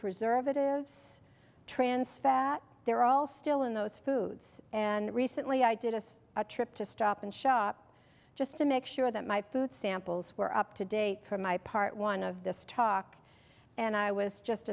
preservatives trans fat they're all still in those foods and recently i did as a trip to stop and shop just to make sure that my food samples were up to date from my part one of this talk and i was just